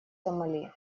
сомали